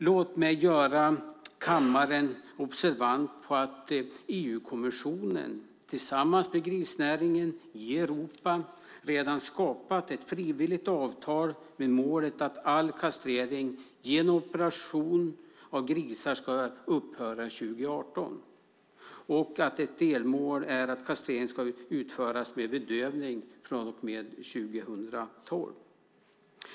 Låg mig göra kammaren observant på att EU-kommissionen tillsammans med grisnäringen i Europa redan skapat ett frivilligt avtal med målet att all kastrering genom operation av grisar ska upphöra 2018 och att ett delmål är att kastrering ska utföras med bedövning från och med 2012.